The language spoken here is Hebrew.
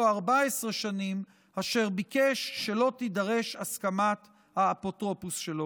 14 שנים אשר ביקש שלא תידרש הסכמת האפוטרופוס שלו.